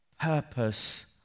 purpose